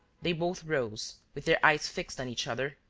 they both rose, with their eyes fixed on each other.